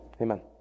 amen